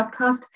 podcast